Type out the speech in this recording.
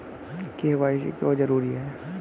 KYC क्यों जरूरी है?